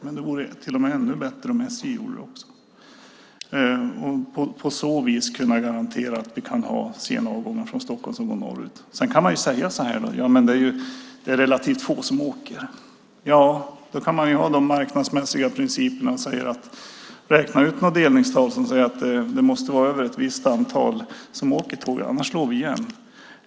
Men det vore ännu bättre om också SJ gjorde det och på så vis kunde garantera att vi kan ha sena avgångar från Stockholm som går norrut. Det är relativt få som åker. Då kan man ha marknadsmässiga principer. Man kan räkna ut något delningstal som säger att det måste vara över ett visst antal som åker tåg, annars slår vi igen.